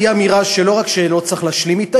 היא אמירה שלא רק שלא צריך להשלים אותה,